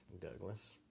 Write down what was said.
Douglas